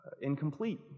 incomplete